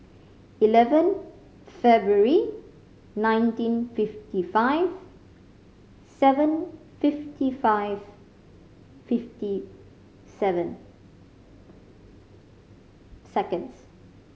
eleven February nineteen fifty five seven fifty five fifty seven seconds